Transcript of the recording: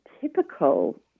typical